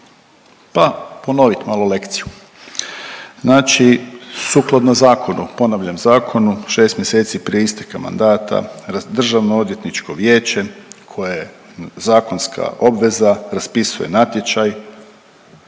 pa ponovit malo lekciju. Znači sukladno zakonu, ponavljam zakonu 6 mjeseci prije isteka mandata DOV koje je zakonska obveza raspisuje natječaj,